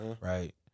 Right